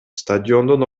стадиондун